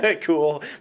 cool